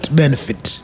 benefit